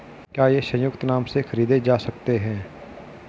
क्या ये संयुक्त नाम से खरीदे जा सकते हैं?